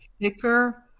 thicker